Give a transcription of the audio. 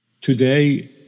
today